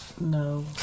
No